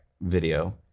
video